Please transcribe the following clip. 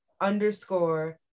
underscore